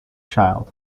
child